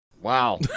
Wow